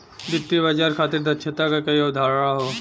वित्तीय बाजार खातिर दक्षता क कई अवधारणा हौ